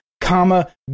comma